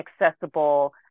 accessible